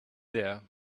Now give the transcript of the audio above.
there